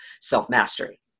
self-mastery